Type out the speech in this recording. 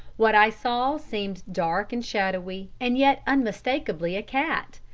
what i saw seemed dark and shadowy and yet unmistakably a cat.